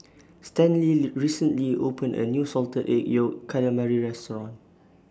Stanley recently opened A New Salted Egg Yolk Calamari Restaurant